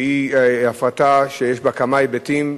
שהיא הפרטה שיש בה כמה היבטים,